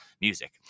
music